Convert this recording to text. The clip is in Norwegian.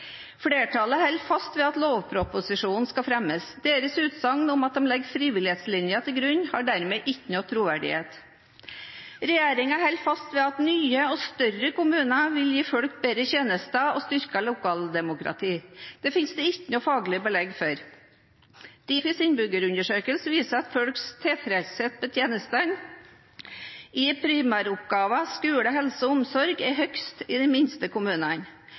Flertallet holder fast ved at lovproposisjonen skal fremmes. Deres utsagn om at de legger frivillighetslinjen til grunn, har dermed ingen troverdighet. Regjeringen holder fast ved at nye og større kommuner vil gi folk bedre tjenester og styrke lokaldemokratiet. Det finnes det ikke noe faglig belegg for. Difis innbyggerundersøkelse viser at folks tilfredshet med tjenestetilbudene innen primæroppgavene – skole, helse og omsorg – er høyest i